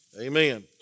Amen